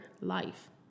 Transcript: life